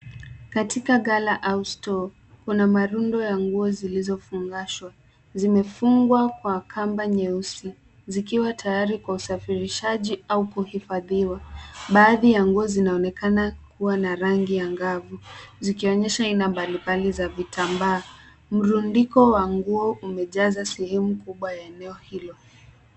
Katika ghala au stoo kuna marundo ya nguo zilizofungashwa. Zimefungwa kwa kamba nyeusi zikiwa tayari kwa usafirishaji au kuhifadhiwa. Baadhi ya nguo zinaonekana kuwa na rangi angavu zikionyesha aina mbalimbali za vitambaa. Mrundiko wa nguo umejaza sehemu kubwa ya eneo hilo.